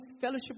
fellowship